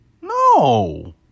No